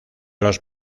los